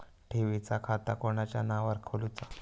ठेवीचा खाता कोणाच्या नावार खोलूचा?